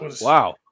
Wow